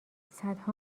صدها